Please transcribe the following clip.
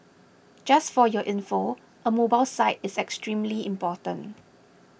just for your info a mobile site is extremely important